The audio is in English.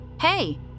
Hey